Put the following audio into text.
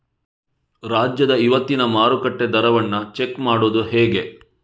ರಾಜ್ಯದ ಇವತ್ತಿನ ಮಾರುಕಟ್ಟೆ ದರವನ್ನ ಚೆಕ್ ಮಾಡುವುದು ಹೇಗೆ?